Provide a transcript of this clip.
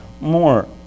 more